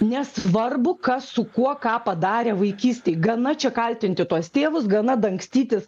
nesvarbu kas su kuo ką padarė vaikystėj gana čia kaltinti tuos tėvus gana dangstytis